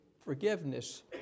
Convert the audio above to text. Forgiveness